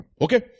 Okay